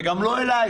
וגם לא אליך,